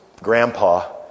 grandpa